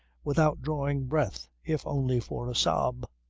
without drawing breath, if only for a sob.